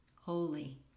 holy